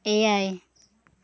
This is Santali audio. ᱮᱭᱟᱭ